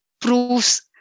proves